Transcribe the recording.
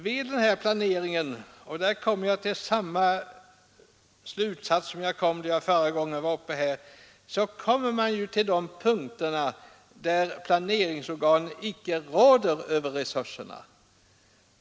Vid den här planeringen — och där drar jag samma slutsats som då jag förra gången var uppe här — kommer man ju till punkter där planeringsorganen icke råder över resurserna.